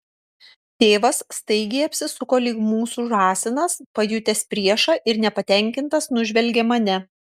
tėvas staigiai apsisuko lyg mūsų žąsinas pajutęs priešą ir nepatenkintas nužvelgė mane